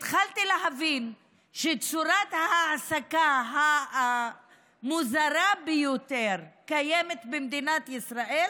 התחלתי להבין שצורת ההעסקה המוזרה ביותר קיימת במדינת ישראל